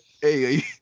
Hey